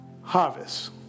harvest